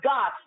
God